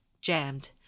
jammed